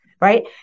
right